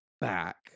back